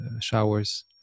showers